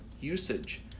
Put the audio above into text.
usage